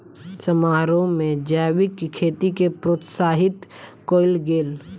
समारोह में जैविक खेती के प्रोत्साहित कयल गेल